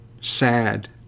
sad